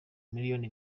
miliyoni